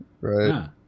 Right